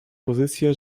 pozycję